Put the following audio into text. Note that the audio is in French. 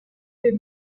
les